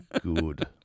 good